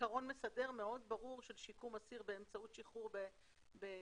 עיקרון מסדר מאוד ברור של שיקום אסיר באמצעות שחרור באזיק.